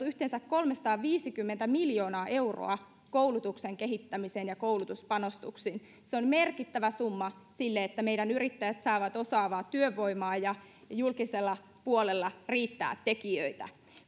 yhteensä kolmesataaviisikymmentä miljoonaa euroa koulutuksen kehittämiseen ja koulutuspanostuksiin se on merkittävä summa sille että meidän yrittäjämme saavat osaavaa työvoimaa ja että julkisella puolella riittää tekijöitä